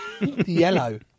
Yellow